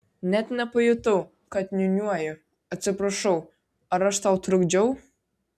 net nepajutau kad niūniuoju atsiprašau ar aš tau trukdžiau